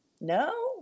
No